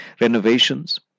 renovations